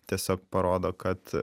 tiesiog parodo kad